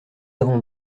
avons